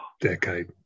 decade